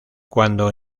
cuando